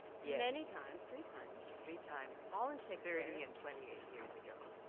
yeah many times three times. three times. all in shakespeare thirty and twenty eight years ago.